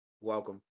Welcome